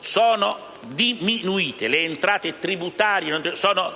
generale. Le entrate tributarie sono